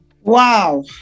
wow